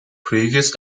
previous